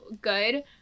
good